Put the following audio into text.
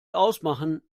ausmachen